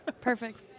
Perfect